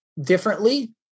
differently